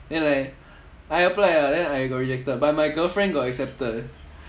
then like I applied ah then I got rejected but my girlfriend got accepted eh